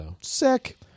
Sick